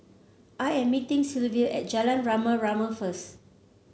I am meeting Silvia at Jalan Rama Rama first